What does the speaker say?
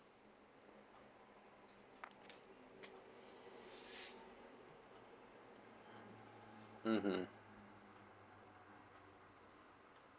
mm mm